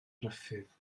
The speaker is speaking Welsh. ruffydd